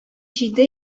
җиде